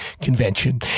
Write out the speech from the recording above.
convention